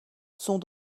sont